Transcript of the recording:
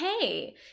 Hey